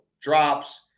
drops